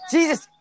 Jesus